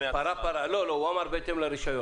הוא אמר "בהתאם לרישיון".